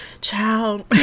child